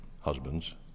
husbands